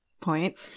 point